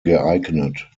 geeignet